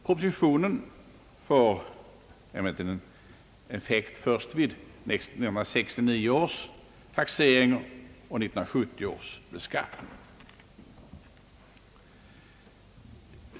Propositionen får effekt först vid 1969 års taxering och 1970 års beskattning.